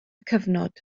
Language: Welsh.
cyfnod